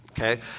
okay